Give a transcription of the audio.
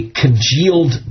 congealed